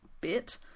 bit